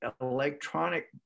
electronic